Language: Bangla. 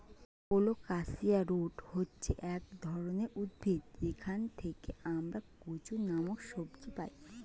কোলোকাসিয়া রুট হচ্ছে এক ধরনের উদ্ভিদ যেখান থেকে আমরা কচু নামক সবজি পাই